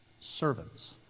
servants